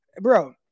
bro